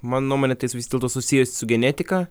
mano nuomone tai vis dėlto susiję su genetika